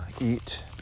eat